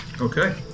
Okay